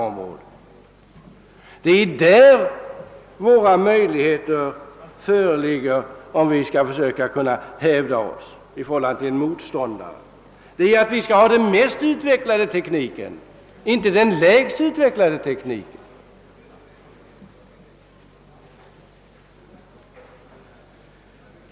Om vi skall kunna hävda oss gentemot en motståndare, måste vi ha den mest utvecklade tekniken, inte den minst utvecklade.